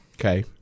Okay